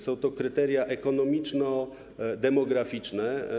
Są to kryteria ekonomiczno-demograficzne.